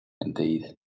Indeed